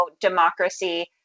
democracy